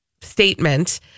statement